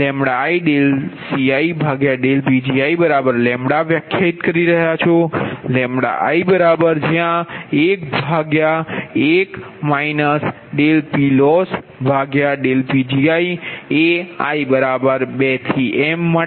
LidCidPgiλ વ્યાખ્યાયિત કરી રહ્યા છો Li11 dPLossdPgi એi23m માટે